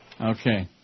Okay